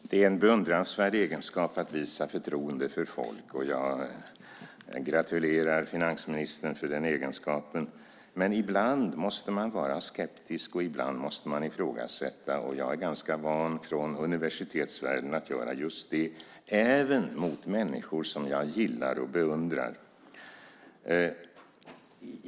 Fru talman! Det är en beundransvärd egenskap att visa förtroende för folk. Jag gratulerar finansministern till den egenskapen, men ibland måste man vara skeptisk och ibland måste man ifrågasätta. Jag är ganska van från universitetsvärlden att göra just det även när det gäller människor som jag gillar och beundrar.